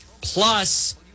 plus